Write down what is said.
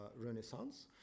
Renaissance